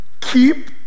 keep